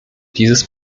dieses